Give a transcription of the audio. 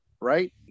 right